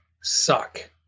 suck